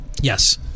Yes